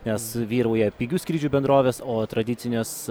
nes vyrauja pigių skrydžių bendrovės o tradicinės